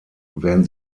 werden